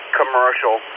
commercial